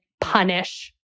punish